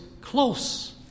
close